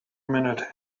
minute